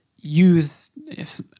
Use